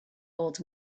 old